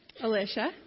Alicia